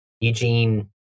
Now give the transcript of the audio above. eugene